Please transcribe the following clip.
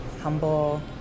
humble